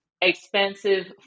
expensive